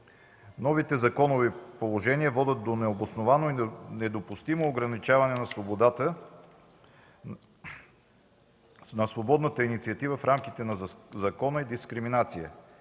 Новите законови положения водят до необосновано и недопустимо ограничаване на свободната инициатива в рамките на закона и дискриминация.